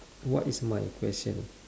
what is my question